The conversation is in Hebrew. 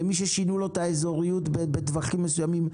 וכן למי ששינו לו את האזוריות בטווחים מסוימים.